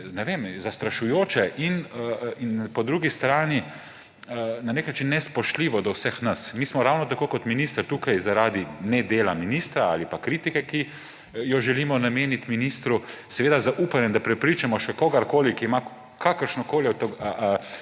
ne vem, zastrašujoče in po drugi strani na nek način nespoštljivo do vseh nas. Mi smo ravno tako kot minister tukaj zaradi nedela ministra ali pa kritike, ki jo želimo nameniti ministru, seveda z upanjem, da prepričamo še kogarkoli v Državnem